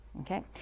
okay